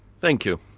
thank you.